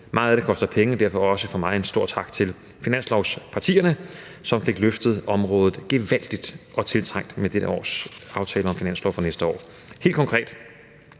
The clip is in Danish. Meget af det koster penge, og derfor også fra mig en stor tak til finanslovspartierne, som fik løftet området gevaldigt og tiltrængt med dette års aftale om finanslov for næste år. Helt konkret